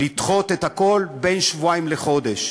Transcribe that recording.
לדחות את הכול בשבועיים עד חודש,